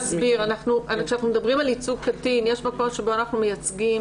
כשאנחנו מדברים על ייצוג קטין יש מקום שבו אנחנו מייצגים